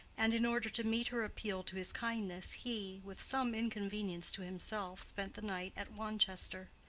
and in order to meet her appeal to his kindness he, with some inconvenience to himself spent the night at wanchester.